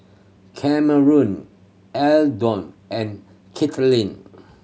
Cameron Eldon and Kaitlynn